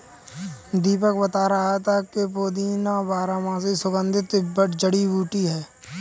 दीपक बता रहा था कि पुदीना बारहमासी सुगंधित जड़ी बूटी है